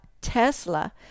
Tesla